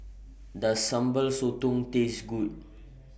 Does Sambal Sotong Taste Good